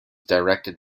directed